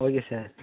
okay sir